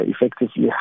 effectively